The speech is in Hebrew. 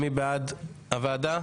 מי בעד הוועדה?